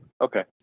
Okay